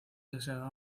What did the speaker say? deseaba